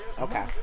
okay